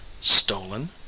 stolen